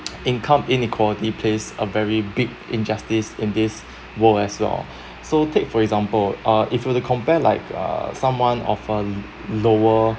income inequality plays a very big injustice in this world as well so take for example uh if you were to compare like uh someone of a lower